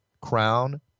Crown